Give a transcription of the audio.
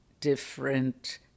different